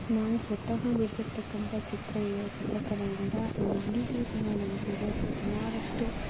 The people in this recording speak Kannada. ನಾನು ಸ್ವತಃ ಬಿಡಿಸಿರ್ತಕ್ಕಂಥ ಚಿತ್ರ ಚಿತ್ರಕಲೆಯಿಂದ ನಂಗೆ ಈಗಲೂ ಸಹ ನೆನಪಿದೆ ಸುಮಾರಷ್ಟು